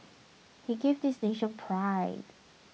he gave this nation pride